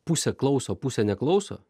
pusė klauso pusė neklauso